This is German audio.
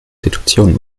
situation